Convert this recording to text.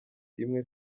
imwe